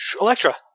Electra